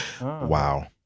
Wow